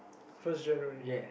first January